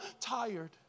tired